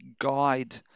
guide